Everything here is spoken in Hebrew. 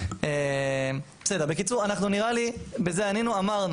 נראה לי שבזה ענינו.